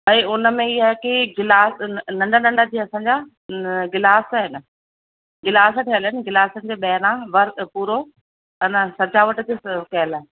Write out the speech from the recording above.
ऐं हुन में ई आहे कि गिलास नं नंढा नंढा जीअं असांजा गिलास आहिनि गिलास ठहियल आहिनि गिलास जे ॿाहिरां वर्क पूरो अन सजावट कयल आहे